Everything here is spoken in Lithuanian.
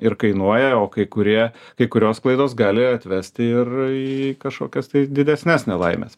ir kainuoja o kai kurie kai kurios klaidos gali atvesti ir į kažkokias tai didesnes nelaimes